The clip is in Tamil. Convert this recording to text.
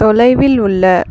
தொலைவில் உள்ள